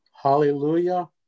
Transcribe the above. Hallelujah